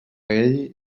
ell